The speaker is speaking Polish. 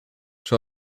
czy